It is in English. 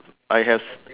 I have